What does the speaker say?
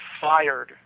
fired